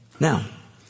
Now